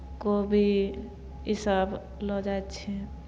कोबी ईसभ लऽ जाइ छियै